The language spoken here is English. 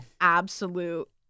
absolute